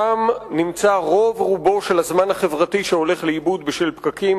שם נמצא רוב-רובו של הזמן החברתי שהולך לאיבוד בשל פקקים,